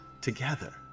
Together